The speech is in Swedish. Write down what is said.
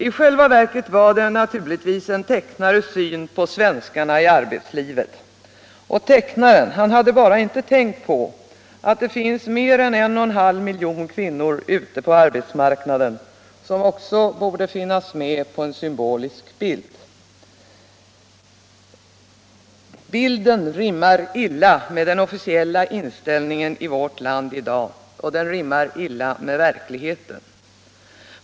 I själva verket var det naturligtvis en manlig tecknares syn på svenskarna i arbetslivet, och tecknaren hade barä inte tänkt på att det finns mer än en och en halv miljon kvinnor ute på arbetsmarknaden,. som också borde finnas med på en symbolisk bild. Bilden rimmar illa med den officiella inställningen i vårt land i dag - liksom med verkligheten.